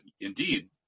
indeed